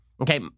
Okay